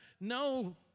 No